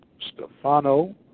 Stefano